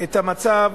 את המצב,